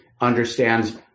understands